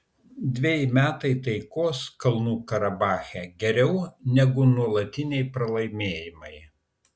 dveji metai taikos kalnų karabache geriau negu nuolatiniai pralaimėjimai